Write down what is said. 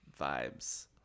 vibes